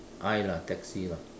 I lah taxi lah